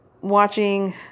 watching